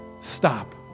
stop